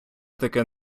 таки